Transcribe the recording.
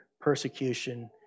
persecution